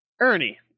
Ernie